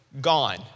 gone